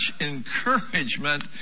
encouragement